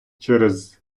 через